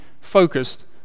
focused